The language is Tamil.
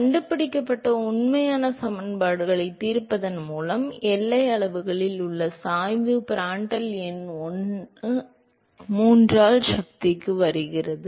எனவே கண்டுபிடிக்கப்பட்ட உண்மையான சமன்பாடுகளைத் தீர்ப்பதன் மூலம் எல்லை அளவுகளில் உள்ள சாய்வு பிராண்டல் எண்ணாக 1 ஆல் 3 இன் சக்திக்கு வருகிறது